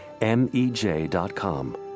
M-E-J.com